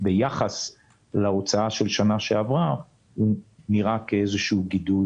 ביחס להוצאה של השנה שעברה הוא נראה כגידול